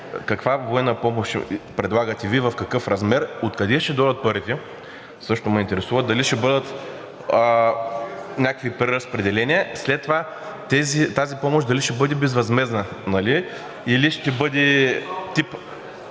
каква военна помощ предлагате Вие, в какъв размер? Откъде ще дойдат парите също ме интересува, дали ще бъдат някакви преразпределения? След това, тази помощ дали ще бъде безвъзмездна, или ще бъде тип